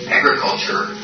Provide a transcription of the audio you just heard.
agriculture